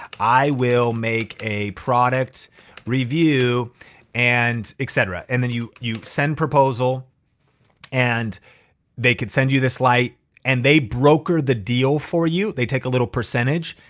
i will make a product review and et cetera. and then you you send proposal and they could send you this light and they broker the deal for you. they take a little percentage.